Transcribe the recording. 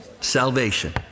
salvation